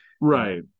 Right